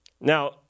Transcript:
Now